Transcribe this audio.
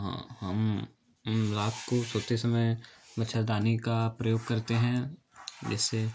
हाँ हम अम रात को सोते समय मच्छरदानी का प्रयोग करते हैं जिससे